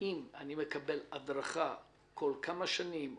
האם אני מקבל הדרכה עכל פעם שנים,